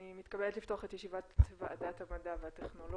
אני מתכבדת לפתוח את ישיבת ועדת המדע והטכנולוגיה.